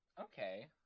Okay